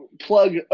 Plug